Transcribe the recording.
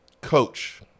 coach